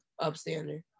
upstander